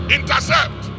Intercept